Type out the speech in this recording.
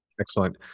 Excellent